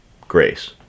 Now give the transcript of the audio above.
grace